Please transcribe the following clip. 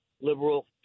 liberal